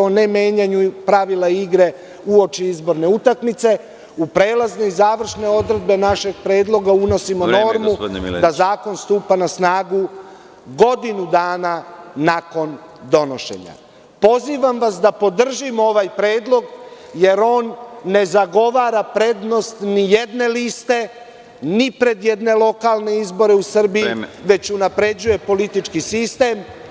o nemenjanju pravila igre uoči izborne utakmice, u prelazne i završne odredbe našeg predloga unosimo normu, da zakon stupa na snagu godinu dana nakon donošenja. (Predsedavajući: Vreme.) Pozivam vas da podržimo ovaj predlog, jer on ne zagovara prednost ni jedne liste, ni pred jedne lokalne izbore u Srbiji, već unapređuje politički sistem.